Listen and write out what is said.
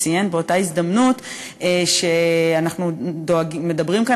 שציין באותה בהזדמנות שאנחנו מדברים כאן